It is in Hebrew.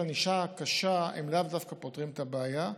ענישה קשה לאו דווקא פותרים את הבעיה.